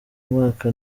mwaka